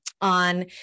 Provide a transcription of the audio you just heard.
on